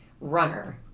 runner